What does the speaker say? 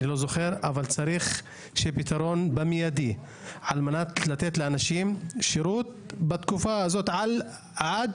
אבל צריך פתרון מיידי על מנת לתת לאנשים שירות בתקופה הזאת עד